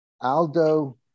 Aldo